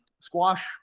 squash